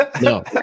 No